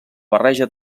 barreja